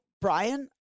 Brian